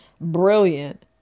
Brilliant